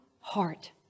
heart